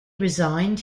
resigned